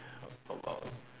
about